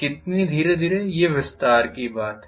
कितनी धीरे धीरे ये विस्तार की बात है